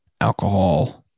alcohol